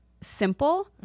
simple